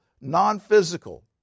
non-physical